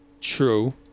True